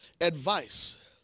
Advice